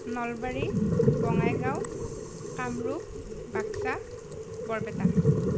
Nalbari Bongaigaon Kamrup Baksa Barpeta